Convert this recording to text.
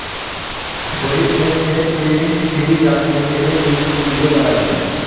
रोहित ने check clearing स्थिति जानने के लिए यूट्यूब वीडियो बनाई